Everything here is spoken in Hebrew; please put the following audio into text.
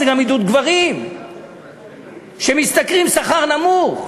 זה גם עידוד גברים שמשתכרים שכר נמוך.